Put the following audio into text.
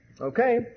Okay